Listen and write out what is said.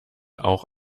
auch